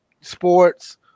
sports